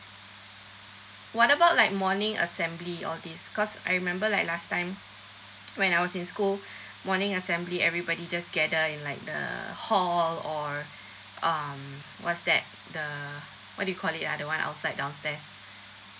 what about like morning assembly all this cause I remember like last time when I was in school morning assembly everybody just gather in like uh hall or um what's that the what do you call it ah the one outside downstairs